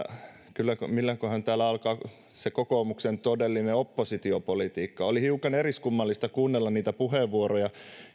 milloinkohan täällä alkaa se kokoomuksen todellinen oppositiopolitiikka oli hiukan eriskummallista kuunnella niitä puheenvuoroja